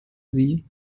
sie